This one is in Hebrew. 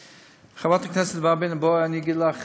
חברת הכנסת ורבין, בואי אגיד לך